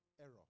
error